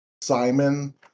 Simon